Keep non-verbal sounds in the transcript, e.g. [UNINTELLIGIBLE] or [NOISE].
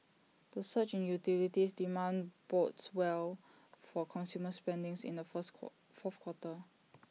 the surge in utilities demand bodes well for consumer spendings in the fourth [UNINTELLIGIBLE] fourth quarter